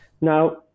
Now